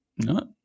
No